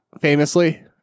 famously